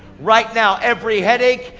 right now, every headache,